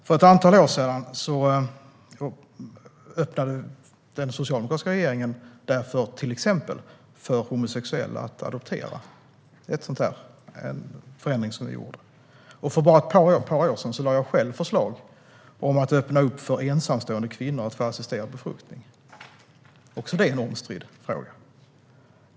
Den socialdemokratiska regeringen öppnade därför för ett antal år sedan till exempel möjligheten för homosexuella att adoptera. Det var en förändring som vi gjorde. Och för bara ett par år sedan lade jag själv fram förslag om att öppna möjligheten för ensamstående kvinnor att få assisterad befruktning, också det en omstridd fråga.